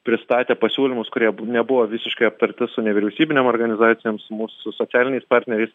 pristatė pasiūlymus kurie bu nebuvo visiškai aptarti su nevyriausybinėm organizacijoms mūsų socialiniais partneriais